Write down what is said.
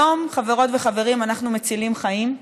היום, חברות וחברים, אנחנו מצילים חיים,